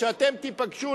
כשאתם תיפגשו,